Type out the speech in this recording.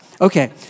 Okay